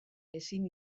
ezin